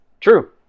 True